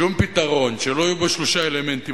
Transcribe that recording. שום פתרון שלא יהיו בו שלושה אלמנטים,